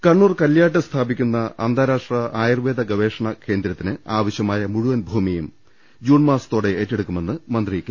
കണ്ണൂർ കല്ല്യാട്ട് സ്ഥാപിക്കുന്ന അന്താരാഷ്ട്ര ആയുർവേദ ഗവവേ ഷണ കേന്ദ്രത്തിന് ആവശ്യമായ മുഴുവൻ ഭൂമിയും ജൂൺ മാസത്തോടെ ഏറ്റെടുക്കുമെന്ന് മന്ത്രി കെ